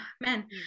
man